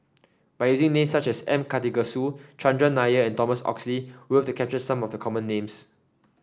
by using names such as M Karthigesu Chandran Nair and Thomas Oxley we hope to capture some of the common names